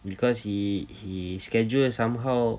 because he he scheduled somehow